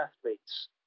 athletes